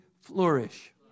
flourish